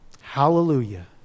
Hallelujah